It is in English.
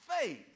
faith